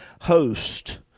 host